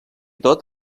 tot